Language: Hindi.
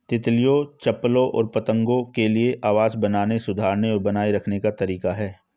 तितलियों, चप्पलों और पतंगों के लिए आवास बनाने, सुधारने और बनाए रखने का तरीका है